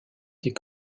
des